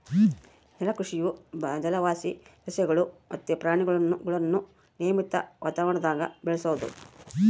ಜಲಕೃಷಿಯು ಜಲವಾಸಿ ಸಸ್ಯಗುಳು ಮತ್ತೆ ಪ್ರಾಣಿಗುಳ್ನ ನಿಯಮಿತ ವಾತಾವರಣದಾಗ ಬೆಳೆಸೋದು